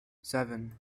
seven